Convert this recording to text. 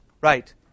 Right